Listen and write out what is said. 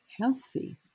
healthy